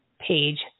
page